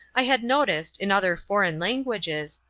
i had noticed, in other foreign languages,